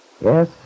Yes